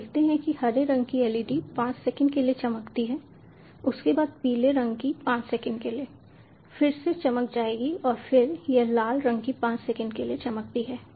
आप देखते हैं कि हरे रंग की LED 5 सेकंड के लिए चमकती है उसके बाद पीले रंग की 5 सेकंड के लिए फिर से चमक जाएगी और फिर यह लाल रंग की 5 सेकंड के लिए चमकती है